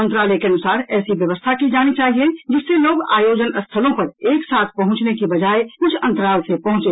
मंत्रालय के अनुसार ऐसी व्यवस्था की जानी चाहिए जिससे लोग आयोजन स्थलों पर एक साथ पहुंचने की बजाय कुछ अंतराल से पहुंचें